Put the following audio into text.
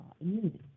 immunity